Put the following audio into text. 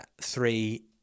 three